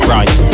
Right